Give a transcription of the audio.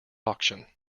auction